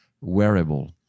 wearable